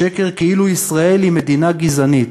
השקר כאילו ישראל היא מדינה גזענית,